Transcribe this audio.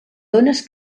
dónes